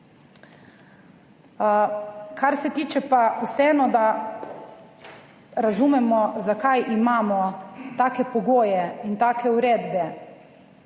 Kar se tiče pa, vseeno, da razumemo zakaj imamo take pogoje in take uredbe